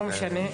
לא משנה.